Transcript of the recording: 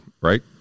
right